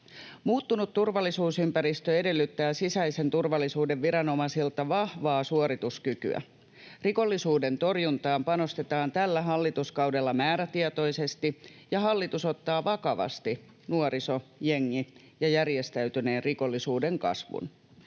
Muuttunut turvallisuusympäristö edellyttää sisäisen turvallisuuden viranomaisilta vahvaa suorituskykyä. Rikollisuuden torjuntaan panostetaan tällä hallituskaudella määrätietoisesti, ja hallitus ottaa vakavasti nuorisojengit ja järjestäytyneen rikollisuuden kasvun.